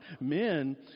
Men